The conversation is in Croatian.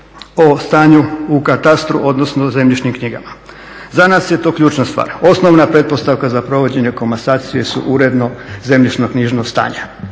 o stanju u katastru, odnosno zemljišnim knjigama. Za nas je to ključna stvar. Osnovna pretpostavka za provođenje komasacije su uredno zemljišno knjižna stanja